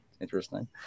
interesting